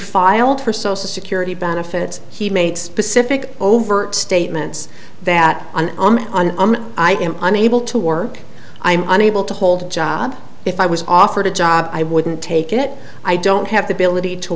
filed for social security benefits he made specific overt statements that i am unable to work i'm unable to hold a job if i was offered a job i wouldn't take it i don't have the ability to